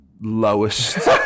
Lowest